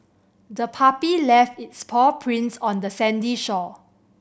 the puppy left its paw prints on the sandy shore